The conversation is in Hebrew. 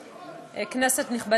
נגד,